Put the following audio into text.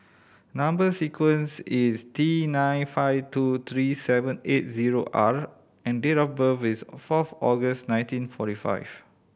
number sequence is T nine five two three seven eight zero R and date of birth is fourth August nineteen forty five